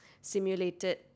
simulated